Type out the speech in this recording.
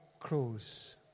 Crows